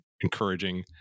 encouraging